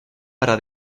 para